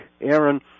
Aaron